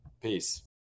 Peace